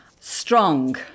strong